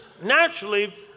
naturally